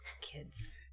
Kids